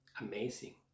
Amazing